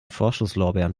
vorschusslorbeeren